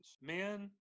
Men